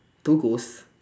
two ghost